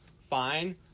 fine